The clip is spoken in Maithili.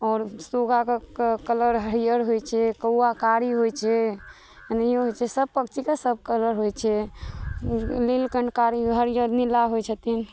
आओर सूगाके कलर हरियर होइ छै कौआ कारी होइ छै होइ छै सब पक्षीके सब कलर होइ छै लील कण्डकारी हरिअर नीला होइ छथिन